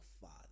father